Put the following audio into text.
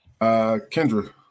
Kendra